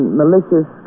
malicious